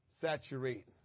saturate